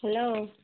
hello